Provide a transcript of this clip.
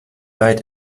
weit